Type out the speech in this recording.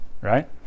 right